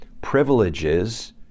privileges